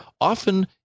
often